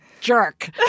jerk